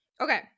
Okay